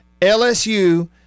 LSU